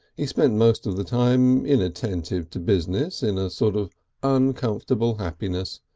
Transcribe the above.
he spent most of the time inattentive to business, in a sort of uncomfortable happiness,